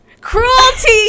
Cruelty